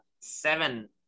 seven